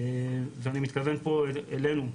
ואני מתכוון פה אלינו,